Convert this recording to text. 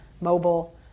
mobile